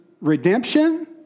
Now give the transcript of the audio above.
redemption